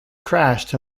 crashed